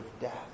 death